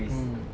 mm